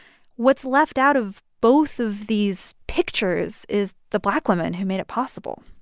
what's left out of both of these pictures is the black women who made it possible